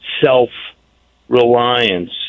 self-reliance